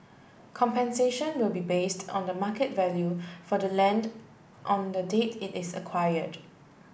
compensation will be based on the market value for the land on the date it is acquired